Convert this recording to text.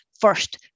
first